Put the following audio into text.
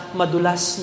madulas